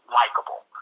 likable